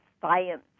science